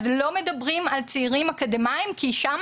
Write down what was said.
אז לא מדברים על צעירים אקדמאיים כי שם